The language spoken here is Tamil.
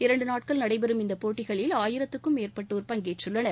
இரண்டு நாட்கள் நடைபெறும் இந்த போட்டிகளில் ஆயிரத்திற்கும் மேற்பட்டோர் பங்கேற்றுள்ளனர்